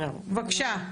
בבקשה.